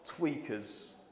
tweakers